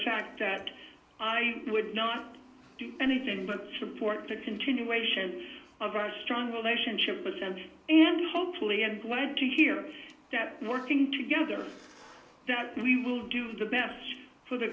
fact that i would not do anything but support the continuation of our strong relationship but and and hopefully and glad to hear that working together that we will do the best for the